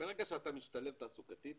שאתה משתלב תעסוקתית